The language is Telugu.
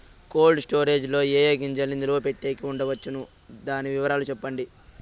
కోల్డ్ స్టోరేజ్ లో ఏ ఏ గింజల్ని నిలువ పెట్టేకి ఉంచవచ్చును? దాని వివరాలు సెప్పండి?